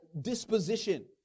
disposition